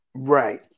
Right